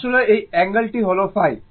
আসলে এই অ্যাঙ্গেল টি হল ϕ